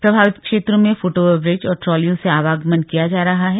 प्रभावित क्षेत्रों में फ्टओवर ब्रिज और ट्रॉलियों से आवगमन किया जा रहा है